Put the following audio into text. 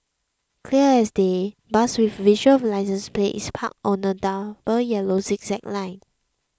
clear as day bus with visible licence plate is parked on a double yellow zigzag line